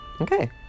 Okay